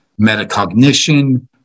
metacognition